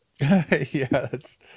yes